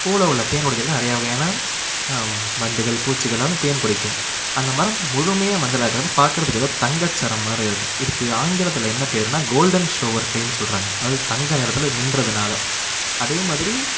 பூவில் உள்ள தேன் உடைக்கிறதுக்கு நிறையா வகையான வண்டுகள் பூச்சிகள் எல்லாம் தேன் குடிக்கும் அந்த மரம் முழுமையாக மஞ்சளாக இருக்கிறப்ப பார்க்குறதுக்கு ஏதோ தங்கச்சரம் மாதிரி இருக்கும் இதுக்கு ஆங்கிலத்தில் என்ன பெயர்னா கோல்டன் ஷோவர் ட்ரீனு சொல்கிறாங்க அதாவது தங்கம் நிறத்தில் மின்னுறதுனால அதே மாதிரி